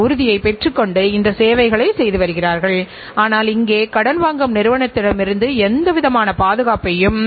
எனவே நிர்வாகக் கட்டுப்பாட்டு முறையைச் செயல்படுத்துவது வணிக நிறுவனத்தில் மிகவும் எளிதானது மற்றும் பயனுள்ளதாகஇருக்கும்